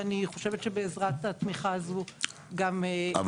ואני חושבת שבעזרת התמיכה הזו גם --- רק